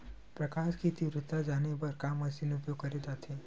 प्रकाश कि तीव्रता जाने बर का मशीन उपयोग करे जाथे?